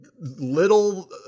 little